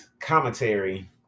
commentary